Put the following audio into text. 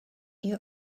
you